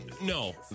No